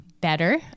better